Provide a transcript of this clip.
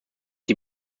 die